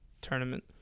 tournament